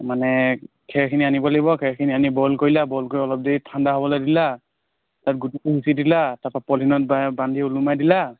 মানে খেৰখিনি আনিব লাগিব খেৰখিনি আনি বইল কৰিলা বইল কৰি অলপ দেৰি ঠাণ্ডা হ'বলৈ দিলা তাত গুটিবোৰ সিঁচি দিলা তাপা পলিথিনত বান্ধি ওলোমাই দিলা